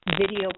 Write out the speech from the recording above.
video